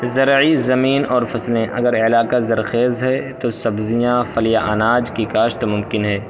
زرعی زمین اور فصلیں اگر علاقہ زرخیز ہے تو سبزیاں پھل یا اناج کی کاشت ممکن ہے